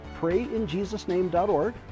PrayInJesusName.org